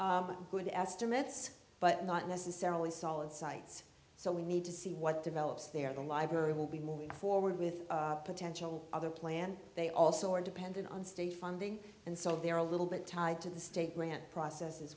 station good estimates but not necessarily solid sites so we need to see what develops there the library will be moving forward with potential other plans they also are dependent on state funding and so they're a little bit tied to the state grant process as